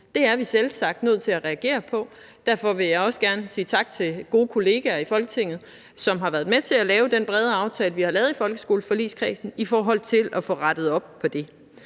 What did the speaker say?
Det er vi selvsagt nødt til at reagere på. Derfor vil jeg også gerne sige tak til gode kollegaer i Folketinget, som har været med til at lave den brede aftale, vi har lavet i folkeskoleforligskredsen, i forhold til at få rettet op på det.